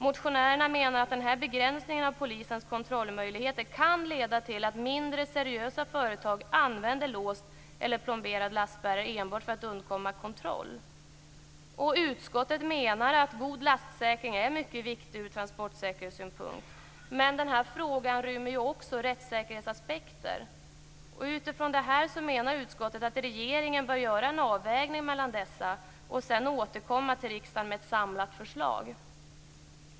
Motionärerna menar att denna begränsning av polisens kontrollmöjligheter kan leda till att mindre seriösa företag använder låst eller plomberad lastbärare enbart för att undkomma kontroll. Utskottet menar att god lastsäkring är mycket viktigt från transportsäkerhetssynpunkt, men att frågan också rymmer rättssäkerhetsaspekter. Utifrån detta anser utskottet att regeringen bör göra en avvägning mellan dessa och sedan återkomma till riksdagen med ett samlat förslag.